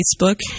Facebook